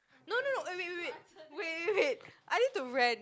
no no no eh wait wait wait wait wait wait I need to rent